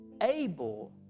able